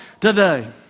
today